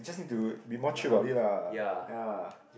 just need to be more chill about it lah ya